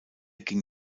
ging